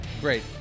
Great